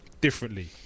differently